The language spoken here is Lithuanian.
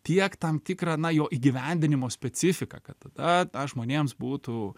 tiek tam tikrą na jo įgyvendinimo specifiką kad tada na žmonėms būtų